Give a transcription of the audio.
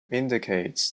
indicates